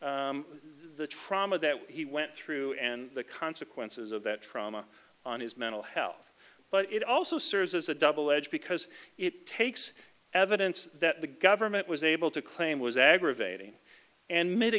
explains the trauma that he went through and the consequences of that trauma on his mental health but it also serves as a double edge because it takes evidence that the government was able to claim was aggravating and m